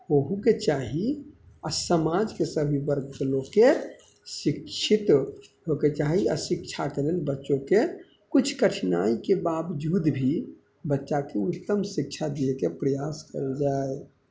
होबहोके चाही आओर समाजके सभी वर्गके लोकके शिक्षित होइके चाही आओर शिक्षाके लेल बच्चोके किछु कठिनाइके बावजूद भी बच्चाके उत्तम शिक्षा दियैके प्रयास कयल जाइ